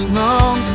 long